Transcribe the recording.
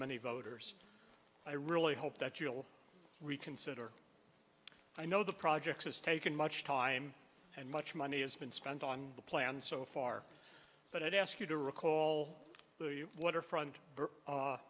many voters i really hope that you'll reconsider i know the project has taken much time and much money has been spent on the plan so far but i'd ask you to recall the you waterfront